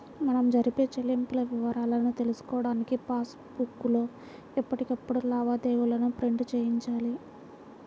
మనం జరిపే చెల్లింపుల వివరాలను తెలుసుకోడానికి పాస్ బుక్ లో ఎప్పటికప్పుడు లావాదేవీలను ప్రింట్ చేయించాలి